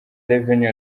revenue